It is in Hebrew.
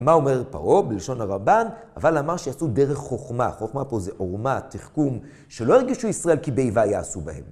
מה אומר פרעה, בלשון הרמב"ן, אבל אמר שיעשו דרך חכמה, חכמה פה זה עורמה, תחכום, שלא ירגישו ישראל כי באיבה יעשו בהם.